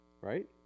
Right